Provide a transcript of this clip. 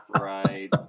Right